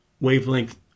wavelength